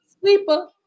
Sleeper